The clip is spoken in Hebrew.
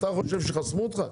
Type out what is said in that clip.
אתה חושב שחסמו אותך?